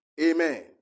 Amen